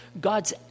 God's